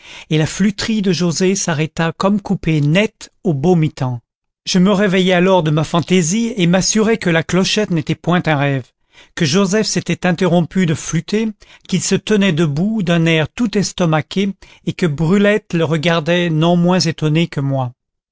et la flûterie de joset s'arrêta comme coupée net au beau mitant je me réveillai alors de ma fantaisie et m'assurai que la clochette n'était point un rêve que joseph s'était interrompu de flûter qu'il se tenait debout d'un air tout estomaqué et que brulette le regardait non moins étonnée que moi